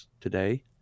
today